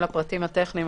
אני